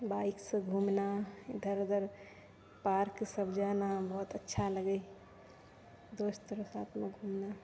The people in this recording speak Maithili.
बाइकसँ घूमना इधर उधर पार्क सब जाना बहुत अच्छा लगै हँ दोस्त रऽ साथमे घूमना